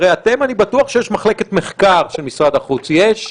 אני בטוח שיש לכם מחלקת מחקר של משרד החוץ, יש?